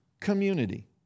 community